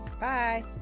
Bye